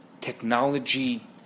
technology